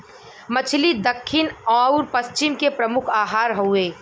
मछली दक्खिन आउर पश्चिम के प्रमुख आहार हउवे